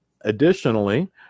additionally